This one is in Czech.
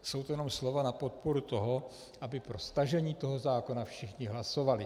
Jsou to jenom slova na podporu toho, aby pro stažení toho zákona všichni hlasovali.